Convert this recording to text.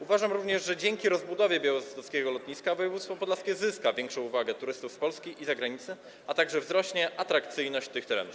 Uważam również, że dzięki rozbudowie białostockiego lotniska województwo podlaskie zyska większą uwagę turystów z Polski i zagranicy, a także wzrośnie atrakcyjność tych terenów.